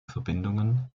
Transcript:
verbindungen